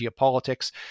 geopolitics